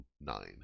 nine